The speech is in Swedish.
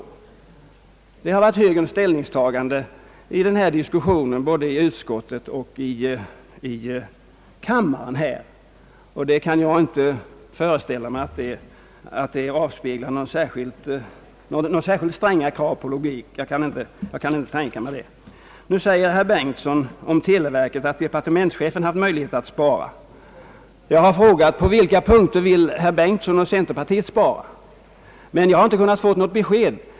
Detta har varit högerns ståndpunkter både i utskottet och här i kammaren, och jag kan inte föreställa mig att det avspeglar några särskilt stränga krav på logik. Nu säger herr Bengtson om televerket, att departementschefen haft möjlighet att spara. Jag har frågat på vilka punkter centerpartiet ytterligare vill spara, men inte kunnat få något besked.